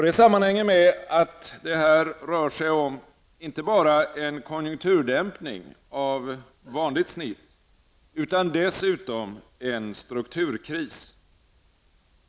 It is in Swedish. Det sammanhänger med att det rör sig om inte bara en konjunkturdämpning av vanligt snitt, utan dessutom en strukturkris.